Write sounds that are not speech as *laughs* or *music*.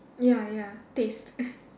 ya ya taste *laughs*